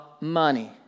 money